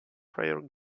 prayer